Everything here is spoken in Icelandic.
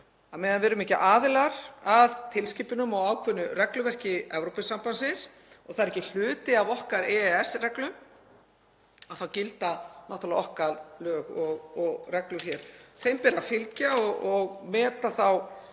að á meðan við erum ekki aðilar að tilskipunum og ákveðnu regluverki Evrópusambandsins, og það er ekki hluti af okkar EES-reglum, þá gilda náttúrlega okkar lög og reglur. Þeim ber að fylgja og meta þá